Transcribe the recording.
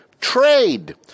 trade